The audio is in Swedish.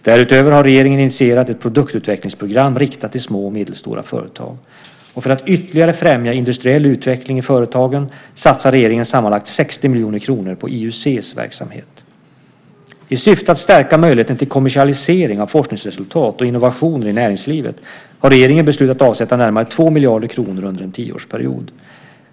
Därutöver har regeringen initierat ett produktutvecklingsprogram riktat till små och medelstora företag. För att ytterligare främja industriell utveckling i företagen satsar regeringen sammanlagt 60 miljoner kronor på IUC:s verksamhet. I syfte att stärka möjligheterna till kommersialisering av forskningsresultat och innovationer i näringslivet har regeringen beslutat att avsätta närmare 2 miljarder kronor under en tioårsperiod.